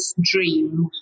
dream